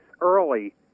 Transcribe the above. early